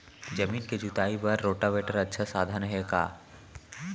जमीन के जुताई बर रोटोवेटर अच्छा साधन हे का?